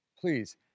please